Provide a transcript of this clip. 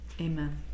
Amen